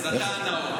אז אתה הנאור.